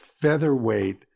featherweight